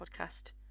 podcast